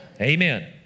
Amen